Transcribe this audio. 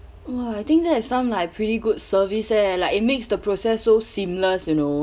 !wah! I think that is some like pretty good service eh like it makes the process so seamless you know